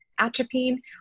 atropine